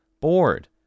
bored